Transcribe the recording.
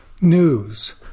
News